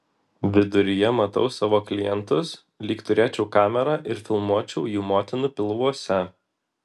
viduryje matau savo klientus lyg turėčiau kamerą ir filmuočiau jų motinų pilvuose